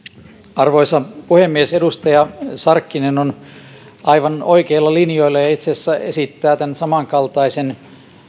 arvoisa puhemies edustaja sarkkinen on aivan oikeilla linjoilla ja itse asiassa esittää tämän samankaltaisen